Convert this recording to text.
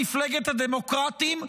מפלגת הדמוקרטים,